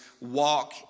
walk